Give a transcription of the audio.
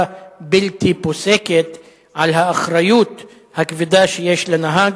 בלתי פוסקת על האחריות הכבדה שיש לנהג